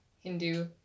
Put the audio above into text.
hindu